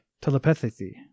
Telepathy